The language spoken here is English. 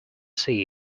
see